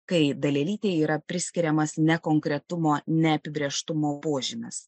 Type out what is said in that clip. kai dalelytei yra priskiriamas nekonkretumo neapibrėžtumo požymis